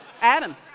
Adam